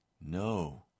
No